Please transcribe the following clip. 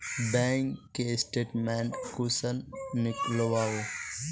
Bank के statement कुंसम नीकलावो?